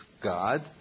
God